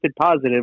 positive